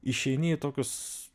išeini į tokius